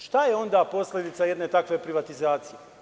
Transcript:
Šta je onda posledica jedne takve privatizacije?